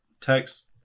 text